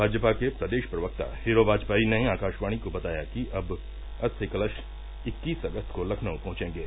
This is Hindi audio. भाजपा के प्रदेश प्रवक्ता हीरो वाजपेयी ने आकाशवाणी को बताया कि अब अस्थि कलश इक्कीस अगस्त को लखनऊ पहुंचेंगे